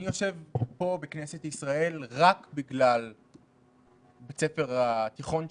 אני יושב פה בכנסת ישראל רק בגלל בית הספר התיכון שלי,